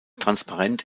transparent